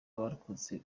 abarokotse